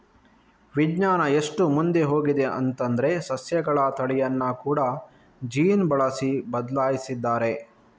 ವಿಜ್ಞಾನ ಎಷ್ಟು ಮುಂದೆ ಹೋಗಿದೆ ಅಂತಂದ್ರೆ ಸಸ್ಯಗಳ ತಳಿಯನ್ನ ಕೂಡಾ ಜೀನ್ ಬಳಸಿ ಬದ್ಲಾಯಿಸಿದ್ದಾರೆ